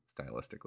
stylistically